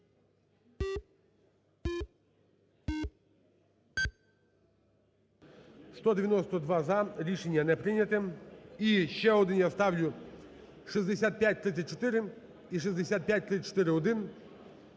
За-192 Рішення не прийнято. І ще один я ставлю 6534 і 6534-1: